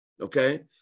okay